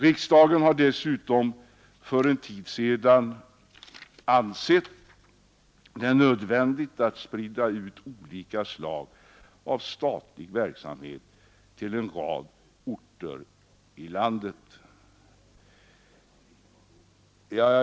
Riksdagen har dessutom för en tid sedan ansett det nödvändigt att sprida ut olika slag av statlig verksamhet till en rad orter i landet.